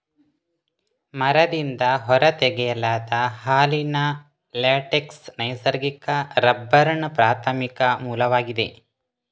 ಮರದಿಂದ ಹೊರ ತೆಗೆಯಲಾದ ಹಾಲಿನ ಲ್ಯಾಟೆಕ್ಸ್ ನೈಸರ್ಗಿಕ ರಬ್ಬರ್ನ ಪ್ರಾಥಮಿಕ ಮೂಲವಾಗಿದೆ